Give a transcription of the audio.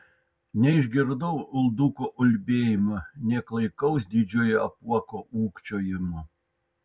neišgirdau ulduko ulbėjimo nė klaikaus didžiojo apuoko ūkčiojimo